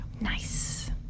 Nice